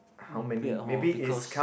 mm weird hor because